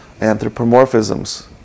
anthropomorphisms